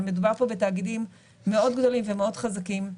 אבל מדובר פה בתאגידים מאוד גדולים ומאוד חזקים,